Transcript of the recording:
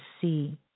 see